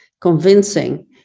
convincing